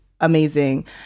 amazing